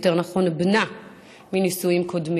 יותר נכון בנה מנישואים קודמים.